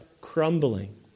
crumbling